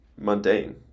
mundane